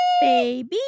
Baby